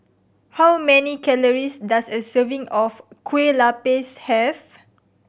how many calories does a serving of Kueh Lapis have